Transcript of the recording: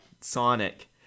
Sonic